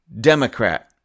Democrat